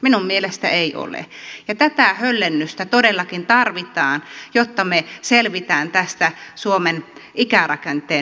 minun mielestäni ei ole ja tätä höllennystä todellakin tarvitaan jotta me selviämme tästä suomen ikärakenteen muutoksesta